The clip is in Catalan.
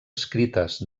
escrites